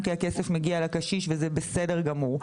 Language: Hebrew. כי הכסף מגיע לקשיש וזה בסדר גמור.